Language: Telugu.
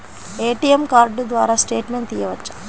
ఏ.టీ.ఎం కార్డు ద్వారా స్టేట్మెంట్ తీయవచ్చా?